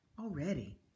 already